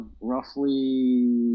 roughly